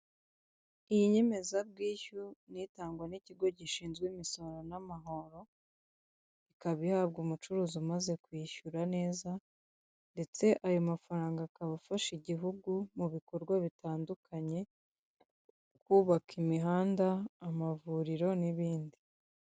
Iyi nyemezabwishyu ni itangwa n'ikigo gishinzwe imisoro n'amahoro ikaba ihabwa umucuruzi umaze kwishyura neza, ndetse ayo mafaranga akaba afasha igihugu mu bikorwa bitandukanye bubaka imihanda, amavuriro n'ibindi.